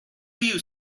you